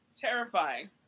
terrifying